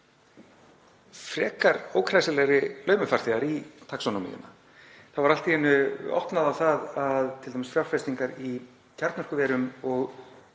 með ókræsilegir laumufarþegar í taxonómíuna. Það var allt í einu opnað á það að fjárfestingar í kjarnorkuverum og